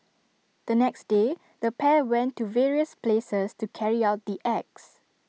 the next day the pair went to various places to carry out the acts